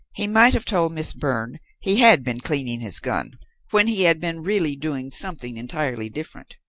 he might have told miss byrne he had been cleaning his gun when he had been really doing something entirely different.